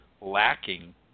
lacking